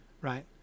right